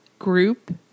group